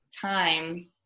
time